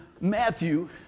Matthew